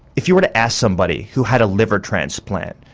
if you were to ask somebody who had a liver transplant,